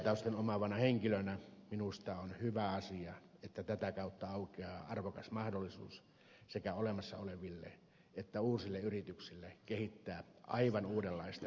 yrittäjätaustan omaavana henkilönä minusta on hyvä asia että tätä kautta aukeaa arvokas mahdollisuus sekä olemassa oleville että uusille yrityksille kehittää aivan uudenlaista ympäristöteknologiaa